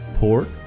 Pork